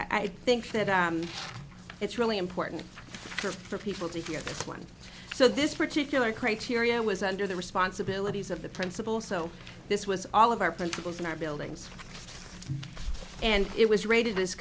i think that it's really important for people to hear one so this particular criteria was under the responsibilities of the principal so this was all of our principals in our buildings and it was rated as